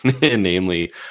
namely